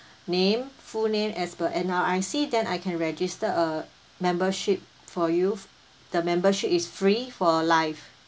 name full name as per N_R_I_C then I can register a membership for you f~ the membership is free for life